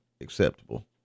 acceptable